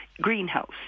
greenhouse